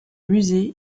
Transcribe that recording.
musée